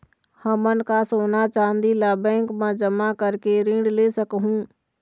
हमन का सोना चांदी ला बैंक मा जमा करके ऋण ले सकहूं?